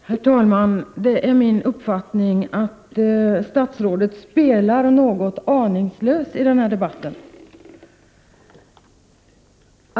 Herr talman! Det är min uppfattning att statsrådet spelar något aningslös i den här debatten.